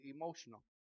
emotional